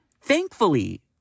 Thankfully